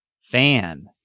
fan